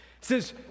says